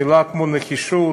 מילה כמו נחישות,